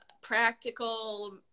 practical